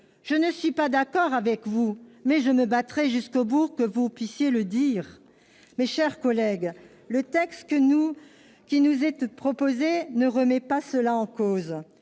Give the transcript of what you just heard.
Je ne suis pas d'accord avec vous, mais je me battrai jusqu'au bout pour que vous puissiez le dire. » Mes chers collègues, le texte qui nous est proposé ne remet pas cela en cause.